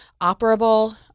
operable